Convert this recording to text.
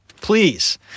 Please